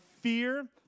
fear